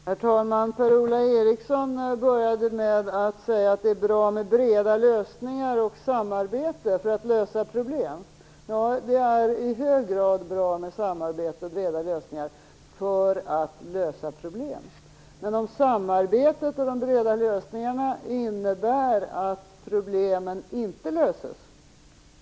Herr talman! Per-Ola Eriksson började med att säga att det är bra med breda lösningar och samarbete för att lösa problem. Det är i hög grad bra med samarbete och breda lösningar för att lösa problem. Men det är inte bra om samarbetet och de breda lösningarna innebär att problemen inte löses.